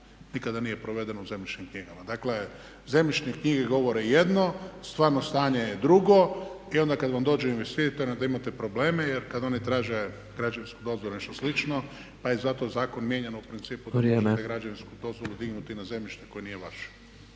nikada nije provedeno u zemljišnim knjigama. Dakle, zemljišne knjige govore jedno, stvarno stanje je drugo i onda kad vam dođu investitori, onda imate probleme jer kad oni traže građevinsku dozvolu ili nešto slično, pa je zato zakon mijenjan u principu … /govornik se ne razumije./… na zemljište koje nije vaše.